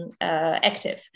active